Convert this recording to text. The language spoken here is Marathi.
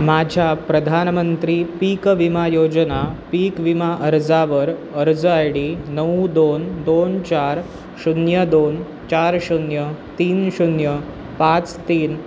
माझ्या प्रधानमंत्री पीक विमा योजना पीक विमा अर्जावर अर्ज आय डी नऊ दोन दोन चार शून्य दोन चार शून्य तीन शून्य पाच तीन